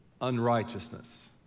Unrighteousness